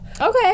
Okay